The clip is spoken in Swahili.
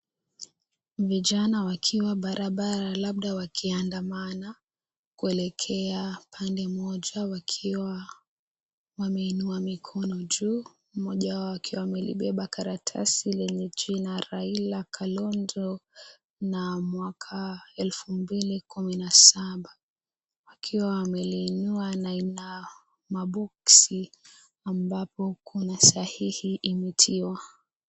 Vijana wakiwa barabara labda wakiandamana kuelekea pande moja wakiwa wameinua mikono juu, mmoja wao akiwa amelibeba karatasi lenye jina Raila, kalonzo na mwaka 2017 ,wakiwa wameiinua na ina maboksi ambapo kuna sahihi imetiwa.